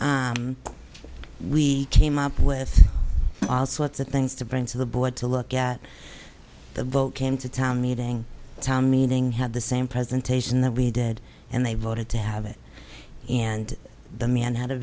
and we came up with all sorts of things to bring to the board to look at the vote came to town meeting town meeting had the same presentation that we did and they voted to have it and the man ha